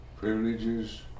privileges